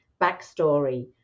backstory